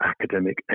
academic